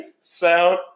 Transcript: Sound